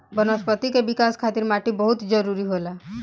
वनस्पति के विकाश खातिर माटी बहुत जरुरी होला